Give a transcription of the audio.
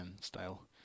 style